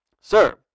Sir